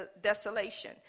desolation